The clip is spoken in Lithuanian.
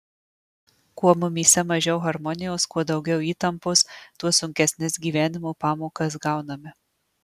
kuo mumyse mažiau harmonijos kuo daugiau įtampos tuo sunkesnes gyvenimo pamokas gauname